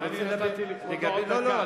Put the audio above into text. נתתי עוד דקה.